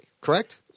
correct